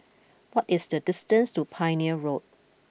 what is the distance to Pioneer Road